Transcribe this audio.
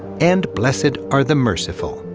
and blessed are the merciful,